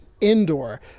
indoor